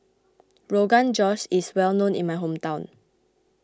Rogan Josh is well known in my hometown